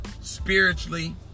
spiritually